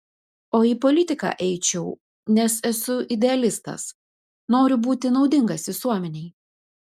o į politiką eičiau nes esu idealistas noriu būti naudingas visuomenei